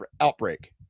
outbreak